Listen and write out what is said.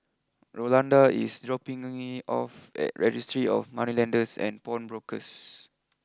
Rolanda is dropping me off at Registry of Moneylenders and Pawnbrokers